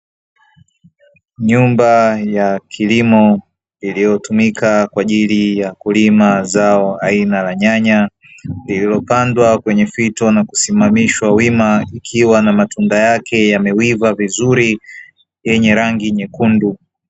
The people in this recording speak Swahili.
Nyumba ya kilimo inayotumika kwa ajili ya kulima zao aina ya nyanya, lililopandwa kwenye fito na kusimamishwa wima, ikiwa na matunda yake yameiva vizuri yenye rangi nyekundu.